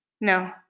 No